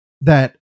that-